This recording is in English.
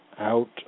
out